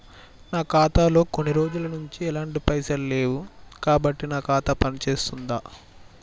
నా ఖాతా లో కొన్ని రోజుల నుంచి ఎలాంటి పైసలు లేవు కాబట్టి నా ఖాతా పని చేస్తుందా?